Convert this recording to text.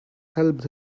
helped